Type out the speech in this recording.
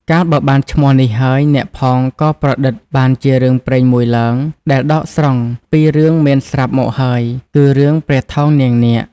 កាលបើបានឈោ្មះនេះហើយអ្នកផង ក៏ប្រឌិតបានជារឿងព្រេងមួយឡើង ដែលដកស្រង់ពីរឿងមានស្រាប់មកហើយ គឺរឿងព្រះថោងនាងនាគ។